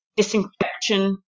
disinfection